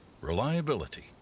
Reliability